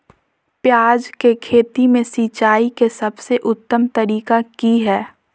प्याज के खेती में सिंचाई के सबसे उत्तम तरीका की है?